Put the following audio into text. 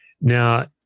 Now